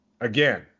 Again